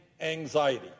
anxiety